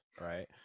right